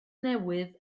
newydd